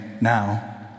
now